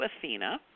Athena